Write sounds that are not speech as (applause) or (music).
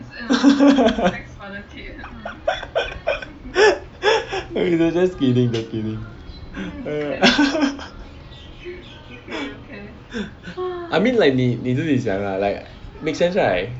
(laughs) just kidding just kidding (laughs) I mean like like 你自己想 lah like makes sense right